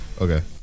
Okay